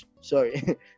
Sorry